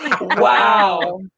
wow